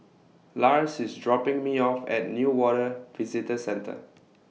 Lars IS dropping Me off At Newater Visitor Centre